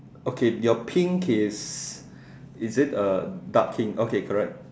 okay your pink is is it a dark pink okay correct